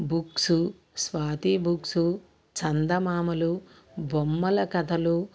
books Swathi books చందమామలు బొమ్మల కథలు